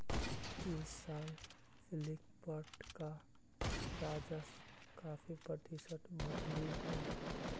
इस साल फ्लिपकार्ट का राजस्व काफी प्रतिशत बढ़लई हे